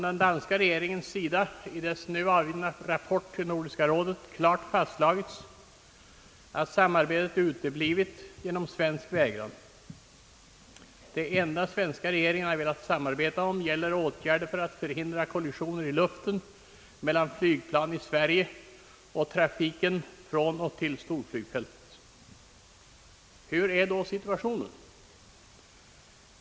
Danska regeringen har i sin rapport till Nordiska rådet klart fastslagit att samarbetet uteblivit till följd av svensk vägran. Det enda svenska regeringen velat samarbeta om är åtgärder för att hindra kollisioner i luften mellan flygplan över Sverige i trafik till och från storflygfältet. Hur är då situationen?